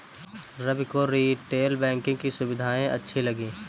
रवि को retail banking की सुविधाएं अच्छी लगी